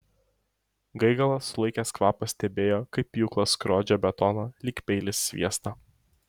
gaigalas sulaikęs kvapą stebėjo kaip pjūklas skrodžia betoną lyg peilis sviestą